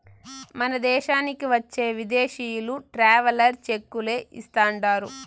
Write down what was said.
మన దేశానికి వచ్చే విదేశీయులు ట్రావెలర్ చెక్కులే ఇస్తాండారు